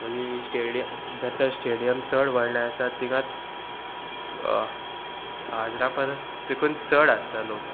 आनी स्टेडियम जर तर स्टेडियम चड व्हडलें आसा तिंगा हाजरा परस तेकून चड आसता लोक